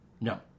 No